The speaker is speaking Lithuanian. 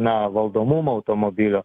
na valdomumą automobilio